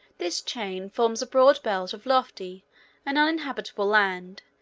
this chain forms a broad belt of lofty and uninhabitable land,